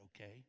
okay